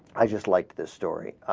i'd just like this story